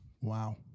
Wow